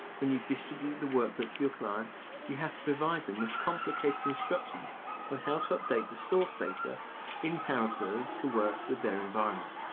when you distribute the workbook but to your client, you have to provide them with complicated instructions on how to update the source data in power query to work with their environment.